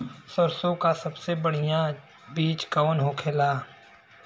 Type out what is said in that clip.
सरसों का सबसे बढ़ियां बीज कवन होखेला?